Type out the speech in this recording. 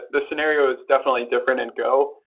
the scenario is definitely different in go.